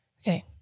Okay